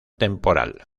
temporal